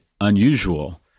unusual